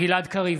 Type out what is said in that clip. גלעד קריב,